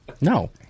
No